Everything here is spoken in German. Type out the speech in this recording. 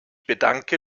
bedanke